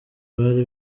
bari